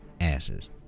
asses